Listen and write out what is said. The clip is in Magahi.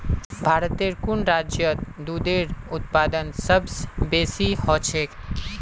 भारतेर कुन राज्यत दूधेर उत्पादन सबस बेसी ह छेक